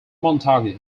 montagu